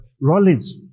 Rollins